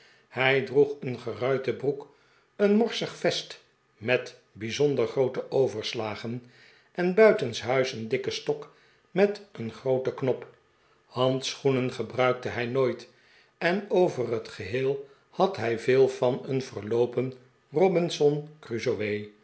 hij droeg een geruite broek een morsig vest met bijzonder groote overslagen en buitenshuis een dikken stok met een grooten knop handschoenen gebruikte hij nooit en over het geheel had hij veel van een verloopen robinson